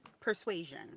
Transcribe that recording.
Persuasion